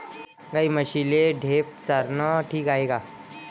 गाई म्हशीले ढेप चारनं ठीक हाये का?